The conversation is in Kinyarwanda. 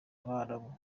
abarabu